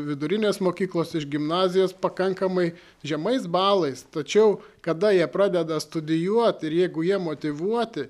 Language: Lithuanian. vidurinės mokyklos iš gimnazijos pakankamai žemais balais tačiau kada jie pradeda studijuot ir jeigu jie motyvuoti